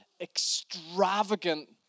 extravagant